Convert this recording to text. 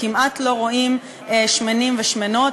כמעט לא רואים שמנים ושמנות.